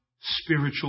spiritual